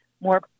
more